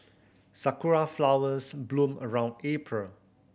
sakura flowers bloom around April